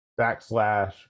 backslash